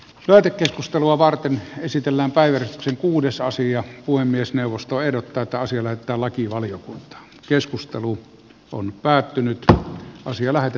lähetekeskustelua varten esitellään päiväkäskyn kuudessa asia kuin myös puhemiesneuvosto ehdottaa että lakivaliokunta keskustelu on päättynyt ja asia lähetä